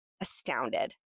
astounded